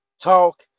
talk